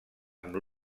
amb